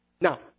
Now